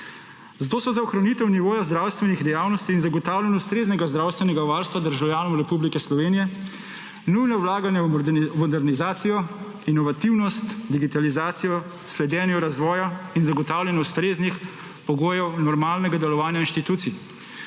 Zato so za ohranitev nivoja zdravstvenih dejavnosti in zagotavljanje ustreznega zdravstvenega varstva državljanov Republike Slovenije nujna vlaganja v modernizacijo, inovativnost, digitalizacijo, sledenju razvoja in zagotavljanju ustreznih pogojev normalnega delovanja inštitucij